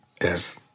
Yes